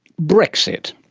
brexit.